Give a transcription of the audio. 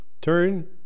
Turn